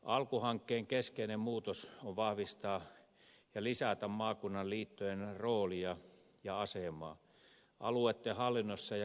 alku hankkeen keskeinen muutos on vahvistaa ja lisätä maakunnan liittojen roolia ja asemaa alueitten hallinnossa ja kehittämisessä